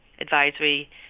Advisory